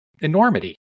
enormity